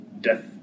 death